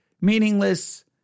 meaningless